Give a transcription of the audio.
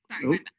Sorry